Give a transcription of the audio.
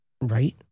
Right